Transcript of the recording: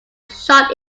shot